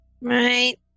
Right